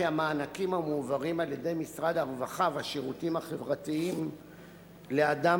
המענקים המועברים על-ידי משרד הרווחה והשירותים החברתיים לאדם